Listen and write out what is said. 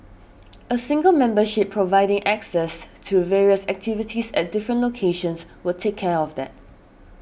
a single membership providing access to various activities at different locations would take care of that